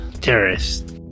terrorists